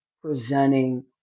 presenting